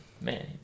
man